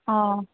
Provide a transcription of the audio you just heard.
ꯑꯥ